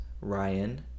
Ryan